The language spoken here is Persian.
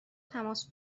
تماس